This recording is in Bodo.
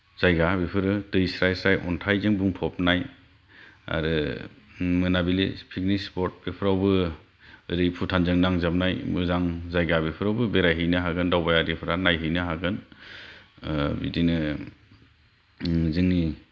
जायगा बेफोरो दै स्राय स्राय अन्थायजों बुंफबनाय आरो मोनाबिलि पिकनिक स्पट बेफोरावबो ओरै भुटानजों नांजाबनाय मोजां जायगा बेफोरावबो बेरायहैनो हागोन दावबायारिफोरा नायहैनो हागोन बिदिनो जोंनि